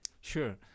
Sure